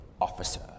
Officer